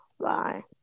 bye